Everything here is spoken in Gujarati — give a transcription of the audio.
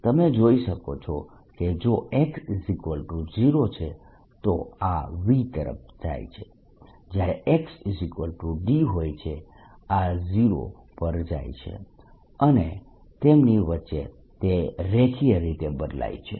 તમે જોઈ શકો છો કે જો x0 છે તો આ V તરફ જાય છે જ્યારે xd હોય છે આ 0 પર જાય છે અને તેમની વચ્ચે તે રેખીય રીતે બદલાય છે